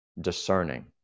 discerning